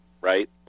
right